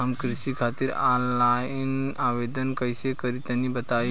हम कृषि खातिर आनलाइन आवेदन कइसे करि तनि बताई?